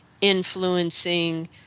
influencing